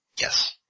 Yes